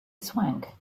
swank